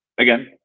Again